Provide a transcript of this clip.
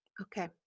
Okay